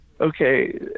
okay